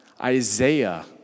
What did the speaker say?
Isaiah